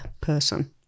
person